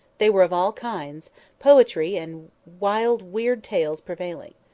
they were of all kinds poetry and wild weird tales prevailing.